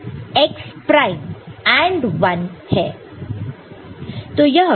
x prime AND 1 है